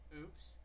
oops